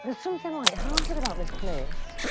but something lighthearted about this place,